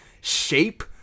shape